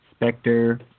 Spectre